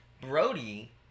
brody